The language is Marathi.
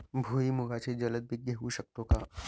भुईमुगाचे जलद पीक घेऊ शकतो का?